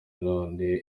none